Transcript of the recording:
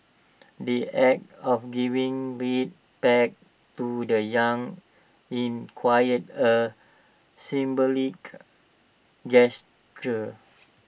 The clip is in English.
the act of giving red pack to the young in quite A symbolic gesture